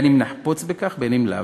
אם נחפוץ בכך ואם לאו,